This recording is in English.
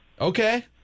Okay